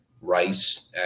rice